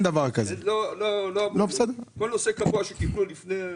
כל נושא קבוע שקיבלו לפני היישום,